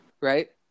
right